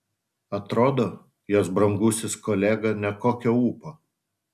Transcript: atrodo jos brangusis kolega nekokio ūpo